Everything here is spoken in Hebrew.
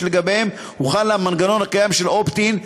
שלגביהם הוחל המנגנון הקיים של opt-in,